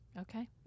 Okay